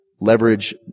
leverage